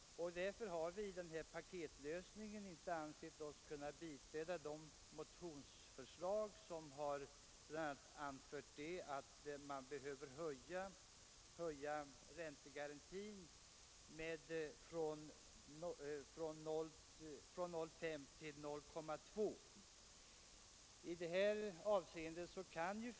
Därför har vi i paketlösningen inte ansett oss kunna biträda motionsförslag om bl.a. höjning av räntegarantin från 0,5 till 2 procent av räntan på utlånade medel.